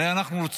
הרי אנחנו רוצים